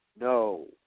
no